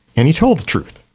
and he told the truth.